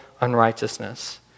unrighteousness